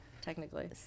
technically